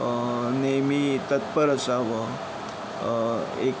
नेहमी तत्पर असावं एक